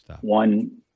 one